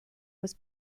was